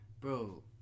bro